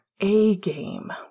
A-game